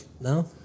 no